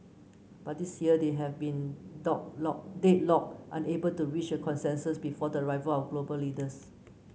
but this year they have been deadlocked unable to reach a consensus before the arrival of global leaders